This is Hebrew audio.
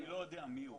אני לא יודע מי הוא.